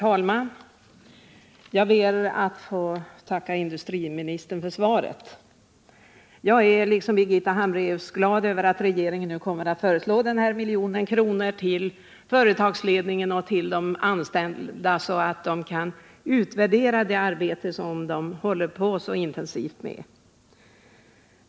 Herr talman! Jag tackar industriministern för svaret på min fråga. Jag är liksom Birgitta Hambraeus glad över att regeringen nu kommer att föreslå att 1 milj.kr. skall anvisas till företagsledningen och de anställda, så att de kan utvärdera det arbete som de så intensivt bedriver.